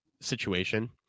situation